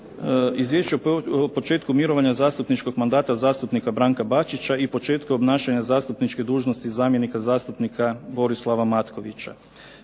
Izvješće o početku mirovanja zastupničkog mandata zastupnika Branka Bačića, i početku obnašanja zastupničke dužnosti zamjenika zastupnika Borislava Matkovića.